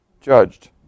judged